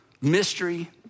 mystery